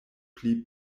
pli